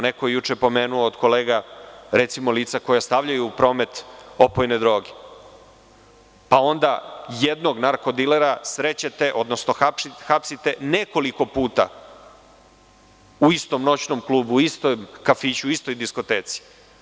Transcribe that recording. Neko je juče pomenuo od kolega lica koja stavljaju u promet opojne droge, pa onda jednog narko dilera srećete, odnosno hapsite nekoliko puta u istom noćnom klubu, istom kafiću, istoj diskoteci.